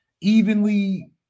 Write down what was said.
evenly